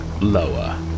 lower